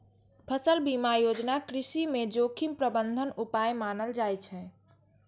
फसल बीमा योजना कृषि मे जोखिम प्रबंधन उपाय मानल जाइ छै